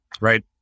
right